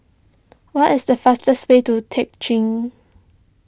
what is the fastest way to Teck Ghee